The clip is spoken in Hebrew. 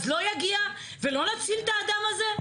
אז לא יגיע ולא נציל את האדם הזה?